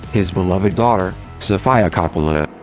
his beloved daughter, sofia coppola.